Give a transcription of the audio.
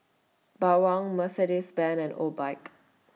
Bawang Mercedes Benz and Obike